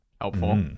Helpful